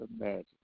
imagine